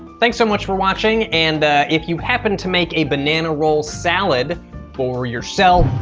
thanks so much for watching, and if you happen to make a banana-roll salad for yourself,